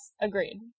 Agreed